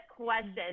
question